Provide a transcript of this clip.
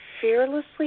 fearlessly